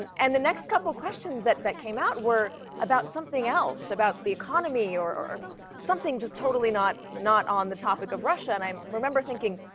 and and the next couple questions that that came out were about something else, about the economy or something just totally not not on the topic of russia. and i remember thinking,